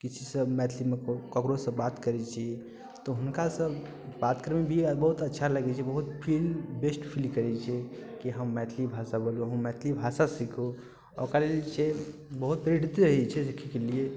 किसीसँ मैथिलीमे ककरोसँ बात करै छी तऽ हुनकासँ बात करैमे भी बहुत अच्छा लगै छै बहुत फील बेस्ट फील करै छै की हम मैथिली भाषा बोललहुँ हम मैथिली भाषा सीखू ओकर ई छै बहुत प्रेरित रहै छै की की कयलियै